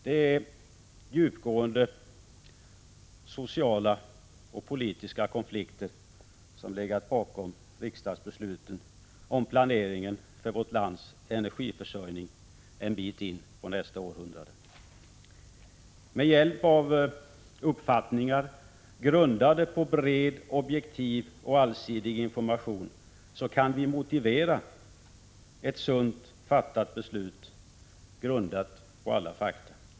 Det är djupgående sociala och politiska konflikter som legat bakom riksdagsbesluten om planeringen för vårt lands energiförsörjning en bit in på nästa århundrade. Med hjälp av uppfattningar som bygger på bred, objektiv och allsidig information kan vi motivera ett sunt fattat beslut, grundat på alla fakta.